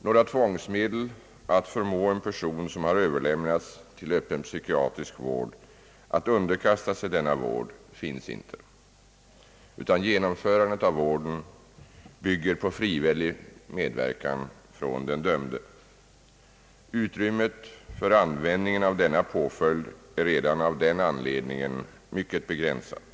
Några tvångsmedel att förmå en person som har överlämnats till öppen psykiatrisk vård att underkasta sig vården finns inte, utan genomförandet av vården bygger på frivillig medverkan från den dömde. Utrymmet för användningen av denna påföljd är redan av denna anledning mycket begränsat.